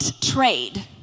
trade